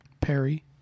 perry